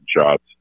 shots